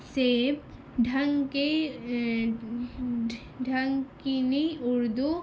سے ڈھنگ کے ڈھنگ کی نی اردو